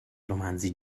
romanzi